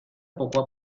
poco